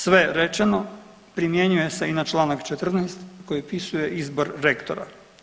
Sve rečeno primjenjuje se i na čl. 14. koji opisuje izbor rektora.